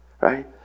right